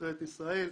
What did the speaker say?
בנבחרת ישראל.